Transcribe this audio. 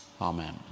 Amen